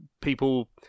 people